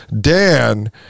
Dan